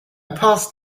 passed